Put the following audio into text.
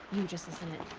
you just listen in.